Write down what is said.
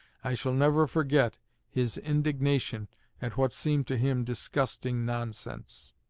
i shall never forget his indignation at what seemed to him disgusting nonsense.